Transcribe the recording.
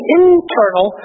internal